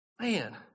Man